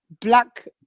black